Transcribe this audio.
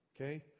Okay